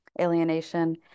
alienation